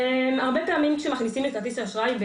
הרבה פעמים כשמכניסים את כרטיס האשראי,